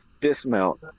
dismount